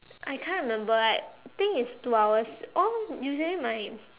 I can't remember I think it's two hours or usually my